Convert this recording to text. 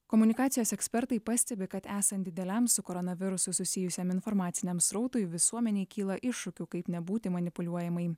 komunikacijos ekspertai pastebi kad esant dideliam su koronavirusu susijusiam informaciniam srautui visuomenei kyla iššūkių kaip nebūti manipuliuojamai